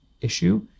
issue